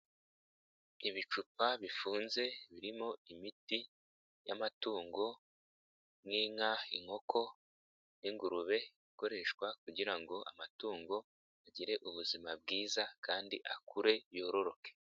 Ibicupa bifunze birimo imiti y'amatungo nk'inka inkoko n'ingurube, ikoreshwa kugira ngo amatungo agire ubuzima bwiza kandi akure yororoke.